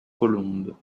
colombes